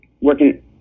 working